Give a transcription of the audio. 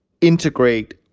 integrate